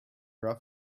rough